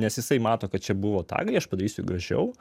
nes jisai mato kad čia buvo tagai aš padarysiu gražiau